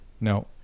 no